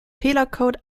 fehlercode